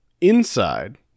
Inside